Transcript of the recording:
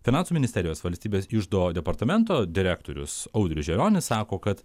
finansų ministerijos valstybės iždo departamento direktorius audrius želionis sako kad